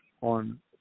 on